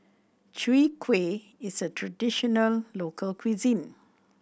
Chwee Kueh is a traditional local cuisine